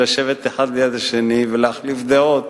לשבת אחד ליד השני ולהחליף דעות